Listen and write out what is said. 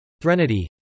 Threnody